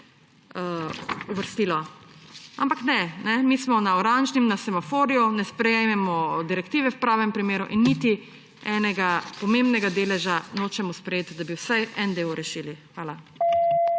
uvrstilo. Ampak ne, mi smo na oranžnem semaforju, ne sprejmemo direktive v pravem primeru in niti enega pomembnega deleža nočemo sprejeti, da bi vsaj en del rešili. Hvala.